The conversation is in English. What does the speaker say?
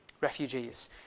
Refugees